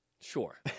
Sure